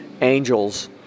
angels